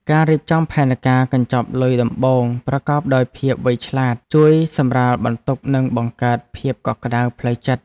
ការរៀបចំផែនការកញ្ចប់លុយដំបូងប្រកបដោយភាពវៃឆ្លាតជួយសម្រាលបន្ទុកនិងបង្កើតភាពកក់ក្ដៅផ្លូវចិត្ត។